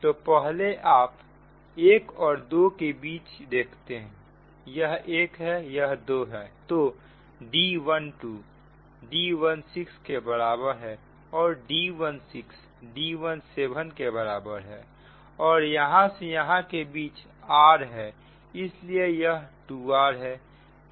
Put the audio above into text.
तो पहले आप 1 और 2 के बीच देखते हैंयह 1 है यह 2 है तो D12 D16 के बराबर है और D16 D17 के बराबर है और यहां से यहां के बीच r है इसलिए यह 2r है